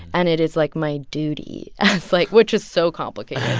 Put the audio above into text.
and it is, like, my duty as like which is so complicated.